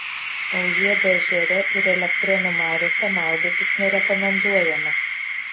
aujėdo ežere ir elektrėnų mariose maudytis nerekomenduojama